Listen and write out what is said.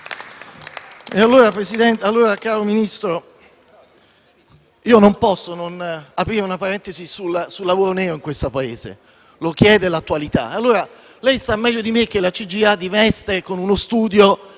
FI-BP)*. Caro Ministro, non posso non aprire una parentesi sul lavoro nero in questo Paese: lo chiede l'attualità. Lei sa meglio di me che la CGIA di Mestre con uno studio